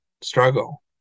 struggle